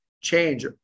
change